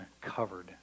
covered